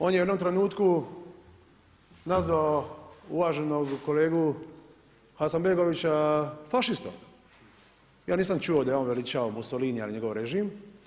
On je u jednom trenutku nazvao uvaženog kolegu Hasanbegovića fašistom, ja nisam čuo da je on veličao Mussolinija i njegov režim.